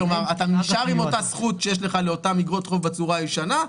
כלומר אתה נשאר עם אותה זכות שיש לך לאותן איגרות חוב בצורה הישנה,